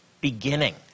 beginning